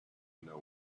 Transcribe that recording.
know